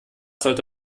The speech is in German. sollte